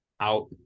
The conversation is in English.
out